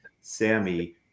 sammy